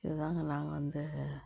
இது தாங்க நாங்கள் வந்து